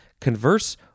Converse